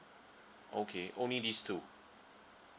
okay only these two